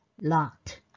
lot